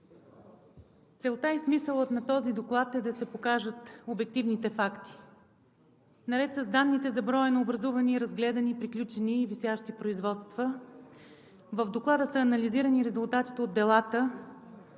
Целта и смисълът на този доклад е да се покажат обективните факти. Наред с данните за броя на образувани, разгледани, приключени и висящи производства в Доклада са анализирани и резултатите от делата